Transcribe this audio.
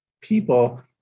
people